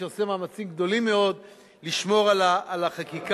שעושה מאמצים גדולים מאוד לשמור על החקיקה.